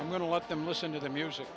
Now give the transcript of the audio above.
i'm going to let them listen to the music